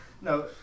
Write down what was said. No